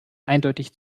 eindeutig